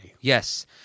Yes